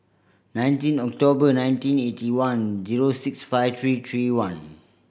nineteen October nineteen eighty one zero six five three three one